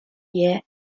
year